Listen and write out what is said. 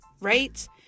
right